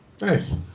Nice